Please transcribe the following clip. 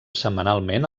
setmanalment